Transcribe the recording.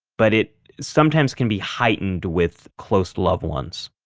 but it sometimes can be heightened with close loved ones